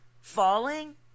falling